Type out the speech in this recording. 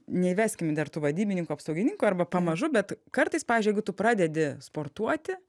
neįveskim dar tų vadybininkų apsaugininkų arba pamažu bet kartais pavyzdžiui jeigu tu pradedi sportuoti